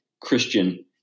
Christian